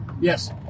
Yes